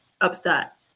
upset